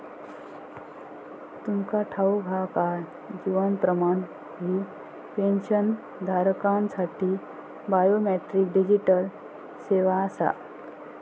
तुमका ठाऊक हा काय? जीवन प्रमाण ही पेन्शनधारकांसाठी बायोमेट्रिक डिजिटल सेवा आसा